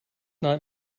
night